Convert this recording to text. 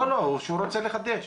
לא, הוא רוצה לחדש.